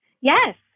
yes